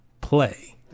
play